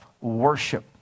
Worship